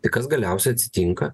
tai kas galiausiai atsitinka